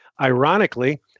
Ironically